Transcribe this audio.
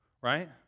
right